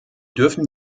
dürfen